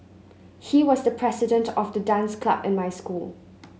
he was the president of the dance club in my school